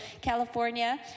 California